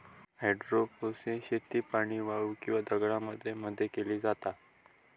hydroponics शेती पाणी, वाळू किंवा दगडांमध्ये मध्ये केली जाता